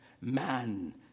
man